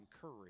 courage